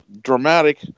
dramatic